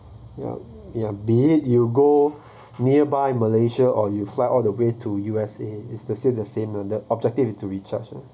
ya ya be it you go nearby malaysia or you fly all the way to U_S_A is to say the same lah the objective is to recharge